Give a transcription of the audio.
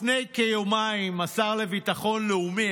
לפני כיומיים השר לביטחון לאומי,